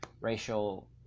racial